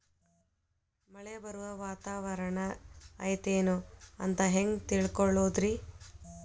ಮಳೆ ಬರುವ ವಾತಾವರಣ ಐತೇನು ಅಂತ ಹೆಂಗ್ ತಿಳುಕೊಳ್ಳೋದು ರಿ?